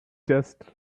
just